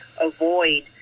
avoid